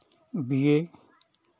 B A